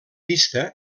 pista